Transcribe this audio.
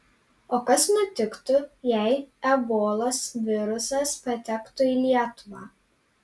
o kas nutiktų jei ebolos virusas patektų į lietuvą